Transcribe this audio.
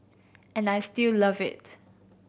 and I still love it